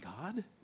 God